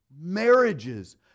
marriages